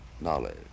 knowledge